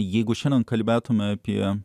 jeigu šiandien kalbėtumėme apie